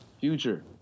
Future